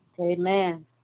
Amen